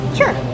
sure